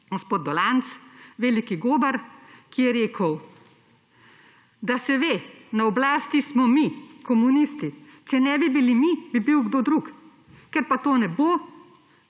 gospod Dolanc, veliki gobar, ki je rekel: »Da se ve, na oblasti smo mi, komunisti. Če ne bi bili mi, bi bil kdo drug. Ker pa to seveda